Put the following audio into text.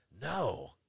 no